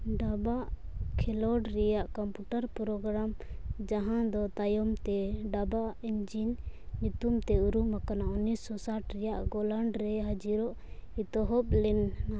ᱫᱟᱵᱟ ᱠᱷᱮᱞᱳᱰ ᱨᱮᱭᱟᱜ ᱠᱚᱢᱯᱩᱴᱟᱨ ᱯᱨᱳᱜᱨᱟᱢ ᱡᱟᱦᱟᱸ ᱫᱚ ᱛᱟᱭᱚᱢᱛᱮ ᱫᱟᱵᱟ ᱤᱧᱡᱤᱱ ᱧᱩᱛᱩᱢᱛᱮ ᱩᱨᱩᱢ ᱟᱠᱟᱱᱟ ᱩᱱᱤᱥᱥᱚ ᱥᱟᱴ ᱨᱮᱭᱟᱜ ᱜᱳᱞᱟᱱᱰᱨᱮ ᱦᱟᱹᱡᱤᱨᱚᱜ ᱮᱛᱚᱦᱚᱵ ᱞᱮᱱᱟ